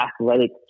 athletic